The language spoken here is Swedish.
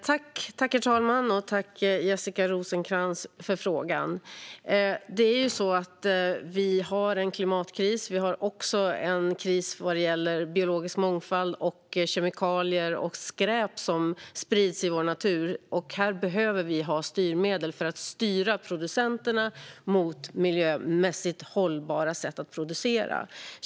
Herr talman! Tack, Jessica Rosencrantz, för frågan! Vi har en klimatkris. Vi har också en kris vad gäller biologisk mångfald och kemikalier och skräp som sprids i vår natur. Vi behöver ha styrmedel för att styra producenterna mot miljömässigt hållbara sätt att producera.